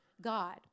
God